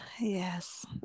yes